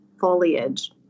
foliage